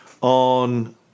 on